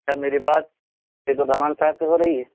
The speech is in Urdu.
کیا میری بات سعید الرحمان صاحب سے ہو رہی ہے